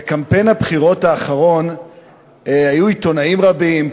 בקמפיין הבחירות האחרון היו עיתונאים רבים,